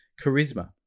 charisma